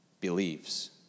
believes